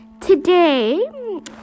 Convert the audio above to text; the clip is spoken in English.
Today